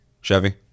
Chevy